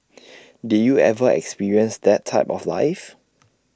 did you ever experience that type of life